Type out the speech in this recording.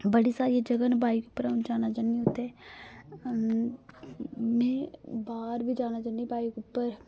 बडी सारियां जगहां न बाइक उप्पर जाना चाहन्नीं उत्थै में बाहर बी जाना चाहन्नीं बाइक उप्पर